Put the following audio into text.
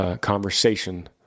conversation